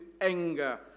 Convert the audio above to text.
anger